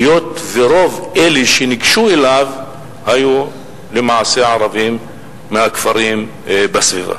היות שרוב אלה שניגשו אליו היו למעשה ערבים מהכפרים בסביבה.